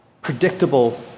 predictable